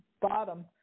bottom